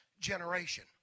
generation